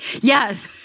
Yes